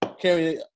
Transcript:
carry